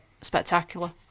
spectacular